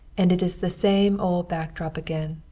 and it is the same old back drop again,